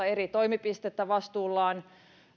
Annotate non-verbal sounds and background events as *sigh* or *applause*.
*unintelligible* eri toimipistettä vastuullaan